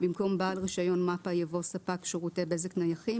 במקום "בעל רישיון מפ"א" יבוא "ספק שירותי בזק נייחים"